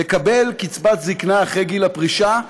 לקבל קצבת זקנה אחרי גיל הפרישה,